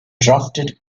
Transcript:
drafted